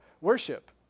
worship